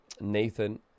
Nathan